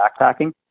backpacking